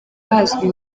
hazwi